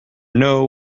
know